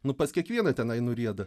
nu pas kiekvieną tenai nurieda